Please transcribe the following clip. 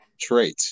trait